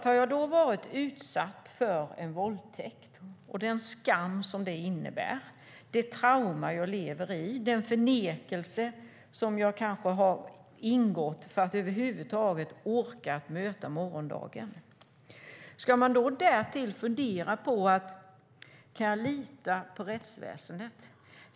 Har jag varit utsatt för en våldtäkt och bär på den skam som det innebär, lever i ett trauma och i en förnekelse för att över huvud taget orka möta morgondagen, ska jag därtill behöva fundera på: Kan jag lita på rättsväsendet?